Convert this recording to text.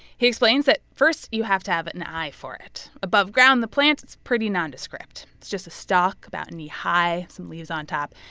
he explains that, first, you have to have an eye for it. above ground, the plant is pretty nondescript. it's just a stock about knee-high, some leaves on top.